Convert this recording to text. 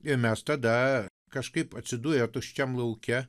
ir mes tada kažkaip atsidūrę tuščiam lauke